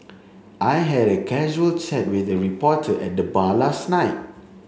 I had a casual chat with a reporter at the bar last night